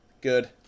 good